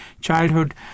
childhood